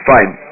Fine